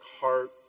heart